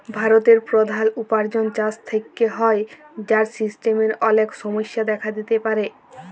ভারতের প্রধাল উপার্জন চাষ থেক্যে হ্যয়, যার সিস্টেমের অলেক সমস্যা দেখা দিতে পারে